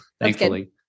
thankfully